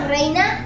Reina